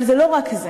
אבל זה לא רק זה.